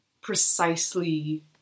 precisely